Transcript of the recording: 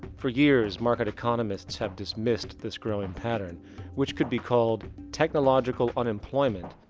for years, market economists have dismissed this growing pattern which could be called technological unemployment,